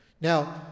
Now